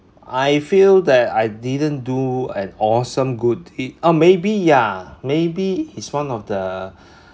I feel that I didn't do an awesome good deed or maybe yeah maybe it's one of the